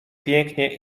pięknie